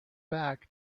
back